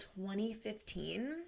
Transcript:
2015